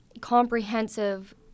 comprehensive